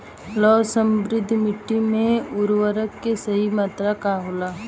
लौह समृद्ध मिट्टी में उर्वरक के सही मात्रा का होला?